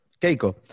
Keiko